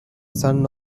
son